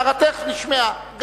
הערתך נשמעה.